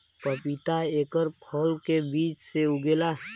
पपीता एकर फल के बीज से उगेला